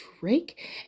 Drake